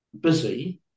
busy